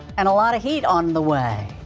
and a lot of heat on the way.